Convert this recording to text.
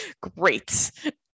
Great